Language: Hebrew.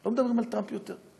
לא מדברים על טראמפ יותר.